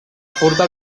furta